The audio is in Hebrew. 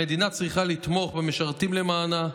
המדינה צריכה לתמוך במשרתים למענה,